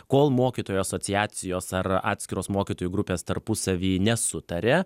kol mokytojų asociacijos ar atskiros mokytojų grupės tarpusavy nesutaria